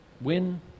Win